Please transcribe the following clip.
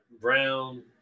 Brown